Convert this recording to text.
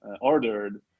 ordered